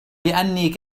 بأني